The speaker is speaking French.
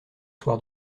soir